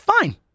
Fine